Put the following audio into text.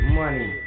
money